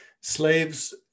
slaves